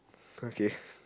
okay